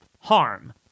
harm